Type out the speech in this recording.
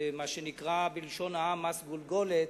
מה שנקרא בלשון העם "מס גולגולת"